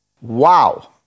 Wow